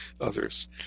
others